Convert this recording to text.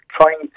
trying